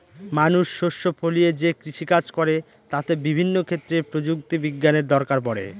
মানুষ শস্য ফলিয়ে যে কৃষিকাজ করে তাতে বিভিন্ন ক্ষেত্রে প্রযুক্তি বিজ্ঞানের দরকার পড়ে